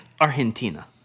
Argentina